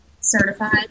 certified